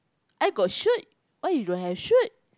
I got shoot why you don't have shoot